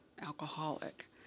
alcoholic